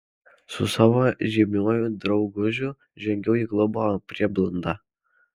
su savo žymiuoju draugužiu žengiau į klubo prieblandą